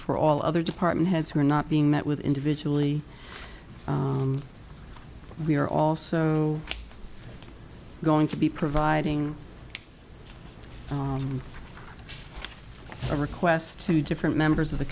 for all other department heads who are not being met with individually we are also going to be providing a request to different members of the